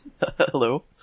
Hello